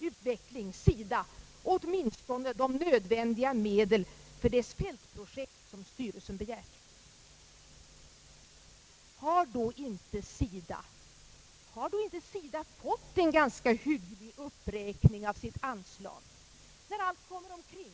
utveckling, SIDA, åtminstone de nödvändiga medel för dess fältprojekt som styrelsen begär. Har då inte SIDA fått en ganska hygglig uppräkning av sitt anslag när allt kommer omkring?